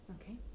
Okay